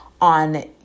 on